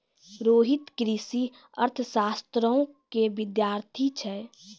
रोहित कृषि अर्थशास्त्रो के विद्यार्थी छै